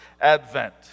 advent